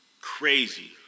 Crazy